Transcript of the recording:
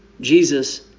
Jesus